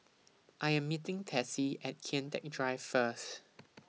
I Am meeting Tessie At Kian Teck Drive First